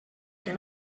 que